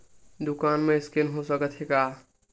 दुकान मा स्कैन हो सकत हे का?